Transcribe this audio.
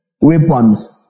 weapons